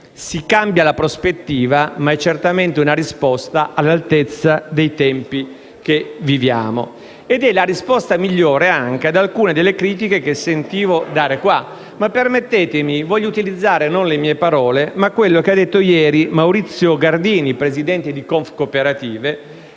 Si cambia la prospettiva ma è certamente una risposta all'altezza dei tempi che viviamo. Ed è la risposta migliore ad alcune delle critiche che sentivo in questa sede. Ma voglio utilizzare non le mie parole, bensì quanto detto ieri da Maurizio Gardini, presidente di Confcooperative,